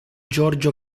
giorgio